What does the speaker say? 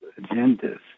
agendas